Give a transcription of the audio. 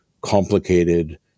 complicated